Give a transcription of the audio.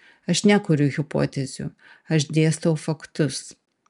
aš nekuriu hipotezių aš dėstau faktus